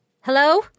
hello